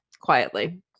quietly